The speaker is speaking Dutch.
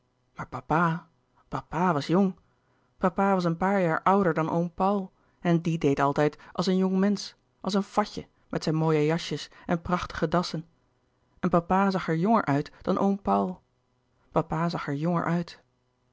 papa papa was jong papa was een paar jaar ouder dan oom paul en die deed altijd als een jongmensch als een fatje met zijn mooie jasjes en prachtige dassen en papa zag er jonger uit dan oom paul papa zag er jonger uit